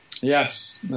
Yes